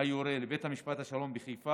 היורה לבית המשפט השלום בחיפה,